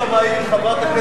קדימה לא נתקבלה.